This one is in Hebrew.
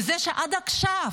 וזה שעד עכשיו,